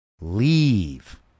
leave